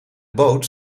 boot